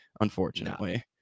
unfortunately